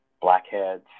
blackheads